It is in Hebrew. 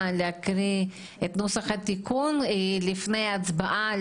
להקריא את נוסח התיקון לפני ההצבעה,